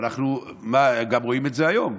אנחנו גם רואים את זה היום.